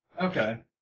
Okay